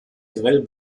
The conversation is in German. grell